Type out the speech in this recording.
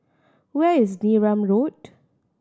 where is Neram Road